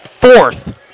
fourth